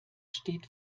steht